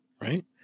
Right